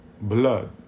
blood